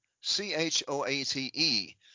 C-H-O-A-T-E